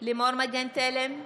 לימור מגן תלם,